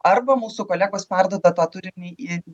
arba mūsų kolegos perduotą tą turinį į